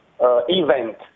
event